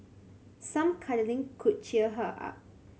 some cuddling could cheer her up